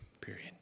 period